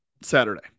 Saturday